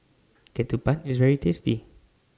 Ketupat IS very tasty